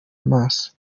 amaso